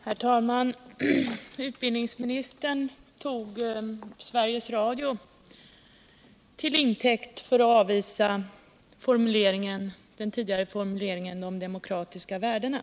Herr talman! Utbildningsministern tog Sveriges Radio till intäkt för att avvisa den tidigare formuleringen om de demokratiska värdena.